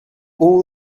all